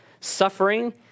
suffering